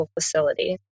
facility